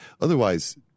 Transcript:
otherwise